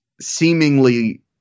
seemingly